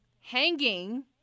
hanging